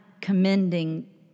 commending